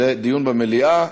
לדיון במליאה.